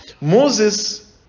Moses